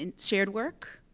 and shared work.